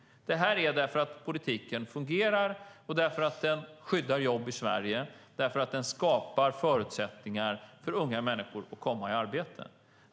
Det beror på att politiken fungerar. Den skyddar jobb i Sverige och skapar förutsättningar för unga människor att komma i arbete.